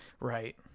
Right